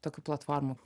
tokių platformų